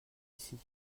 ici